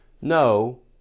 no